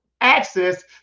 access